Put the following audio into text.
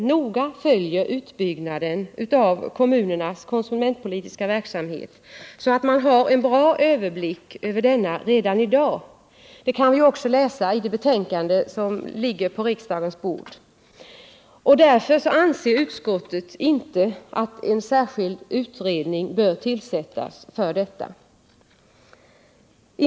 Man har följaktligen redan i dag en bra överblick över denna, något som också kan utläsas av det betänkande som kammaren just nu behandlar. Utskottet anser därför inte att en särskild utredning bör tillsättas på detta område.